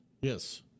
Yes